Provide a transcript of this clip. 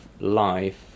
life